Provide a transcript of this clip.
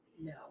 No